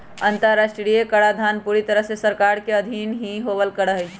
अन्तर्राष्ट्रीय कराधान पूरी तरह से सरकार के अधीन ही होवल करा हई